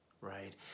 right